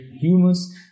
humus